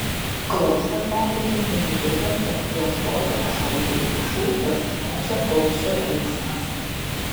klausą pervėrė netikėtas tarp jos sodo ąžuolų ir pušų praskriejančio paukščio klyksmas